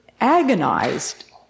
agonized